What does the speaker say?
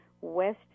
West